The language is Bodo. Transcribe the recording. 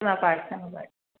खोनाबाय खोनाबाय